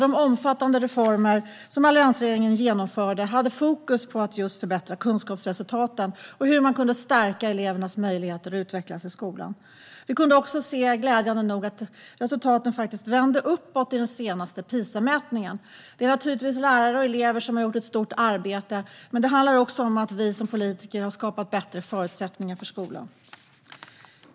De omfattande reformer som alliansregeringen genomförde hade fokus på att just förbättra kunskapsresultaten och hur man kunde stärka elevernas möjligheter att utvecklas i skolan. Vi kunde också glädjande nog se att resultaten vände uppåt i den senaste PISA-mätningen. Det är naturligtvis lärare och elever som har gjort ett stort arbete. Men det handlar också om att vi som politiker har skapat bättre förutsättningar för skolan.